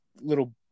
little